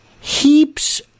heaps